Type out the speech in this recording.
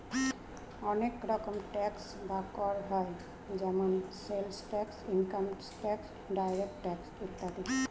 অনেক রকম ট্যাক্স বা কর হয় যেমন sales tax, income tax, direct tax ইত্যাদি